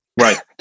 Right